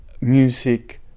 music